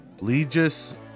Legis